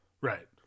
right